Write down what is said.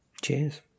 Cheers